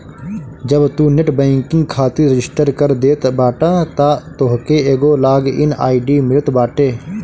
जब तू net banking खातिर रजिस्टर कर देत बाटअ तअ तोहके एगो लॉग इन आई.डी मिलत बाटे